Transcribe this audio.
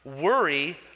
Worry